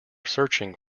searching